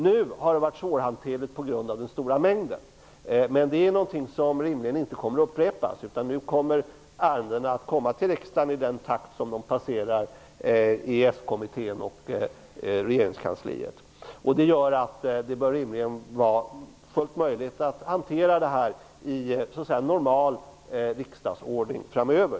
Det har nu varit svårhanterligt på grund av den stora mängden, men det är något som rimligen inte kommer att upprepas, utan ärendena skall nu komma till riksdagen i den takt som de passerar EES Det gör att det rimligen bör vara fullt möjligt att hantera detta i normal riksdagsordning framöver.